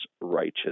righteous